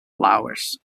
flowers